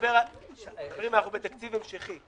רגע, חברים, אנחנו בתקציב המשכי.